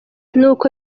nuko